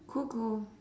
cuckoo